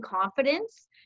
confidence